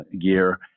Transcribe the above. gear